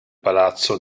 palazzo